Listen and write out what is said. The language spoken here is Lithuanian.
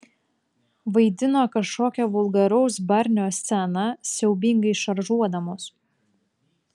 vaidino kažkokią vulgaraus barnio sceną siaubingai šaržuodamos